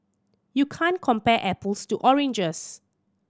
you can't compare apples to oranges